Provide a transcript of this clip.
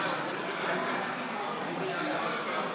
לא נתקבלה.